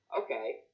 okay